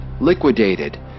liquidated